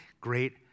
great